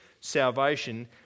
salvation